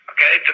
Okay